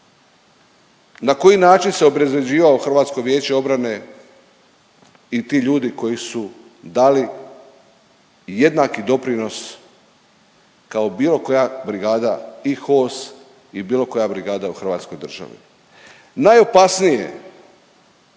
na koji način se obezvređivalo Hrvatsko vijeće obrane i ti ljudi koji su dali jednaki doprinos kao bilo koja brigada i HOS i bilo koja brigada u Hrvatskoj državi. Najopasnije